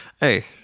Hey